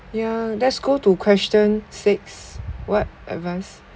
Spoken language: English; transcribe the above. ya let's go to question six what advice